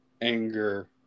anger